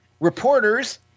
Reporters